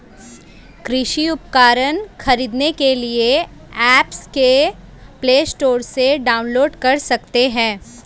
कृषि उपकरण खरीदने के लिए एप्स को प्ले स्टोर से डाउनलोड कर सकते हैं